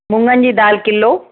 मुङनि जी दाल किलो